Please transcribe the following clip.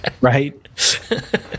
right